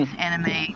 anime